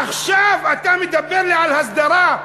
עכשיו אתה מדבר לי על הסדרה?